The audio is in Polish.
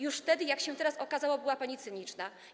Już wtedy, jak się teraz okazało, była pani cyniczna.